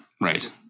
right